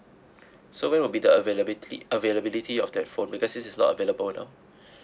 so when will be the availability availability of that phone because since it's not available now